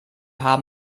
haben